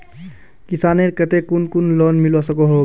किसानेर केते कुन कुन लोन मिलवा सकोहो होबे?